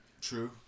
True